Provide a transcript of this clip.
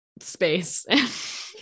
space